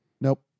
Nope